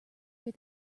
were